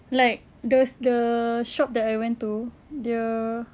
like the the shop that I went to dia